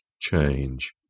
change